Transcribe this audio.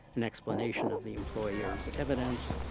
an explanation of the employer's evidence,